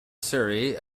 surrey